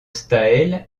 staël